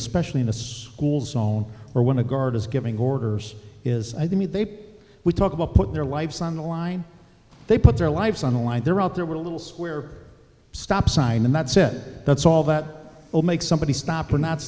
especially in a school zone or when a guard is giving orders is i mean they would talk about put their lives on the line they put their lives on the line they're out there with a little square stop sign that said that's all that will make somebody stop or not